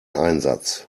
einsatz